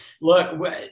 Look